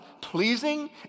pleasing